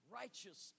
righteous